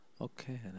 Okay